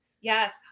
Yes